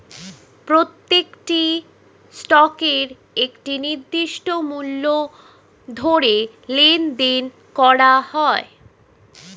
প্রত্যেকটি স্টকের একটি নির্দিষ্ট মূল্য ধরে লেনদেন করা হয়